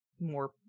more